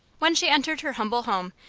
when she entered her humble home,